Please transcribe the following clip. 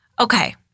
Okay